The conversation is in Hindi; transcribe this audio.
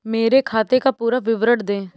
मेरे खाते का पुरा विवरण दे?